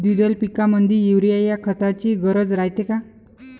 द्विदल पिकामंदी युरीया या खताची गरज रायते का?